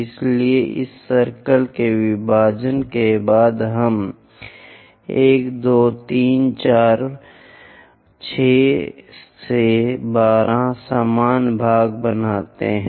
इसलिए इस सर्कल के विभाजन के बाद हम 1 2 3 4 6 से 12 समान भाग बनाते हैं